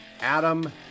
Adam